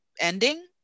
ending